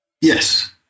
Yes